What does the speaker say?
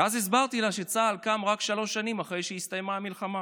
ואז הסברתי לה שצה"ל קם רק שלוש שנים אחרי שהסתיימה המלחמה.